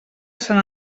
sant